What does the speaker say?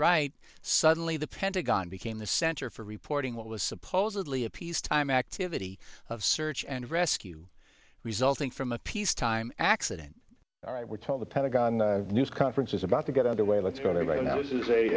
right suddenly the pentagon became the center for reporting what was supposedly a peacetime activity of search and rescue resulting from a peace time accident all right we're told the pentagon news conference is about to get underway let's go right now this is a